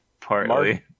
partly